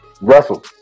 Russell